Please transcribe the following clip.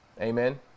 Amen